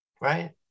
right